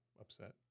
upset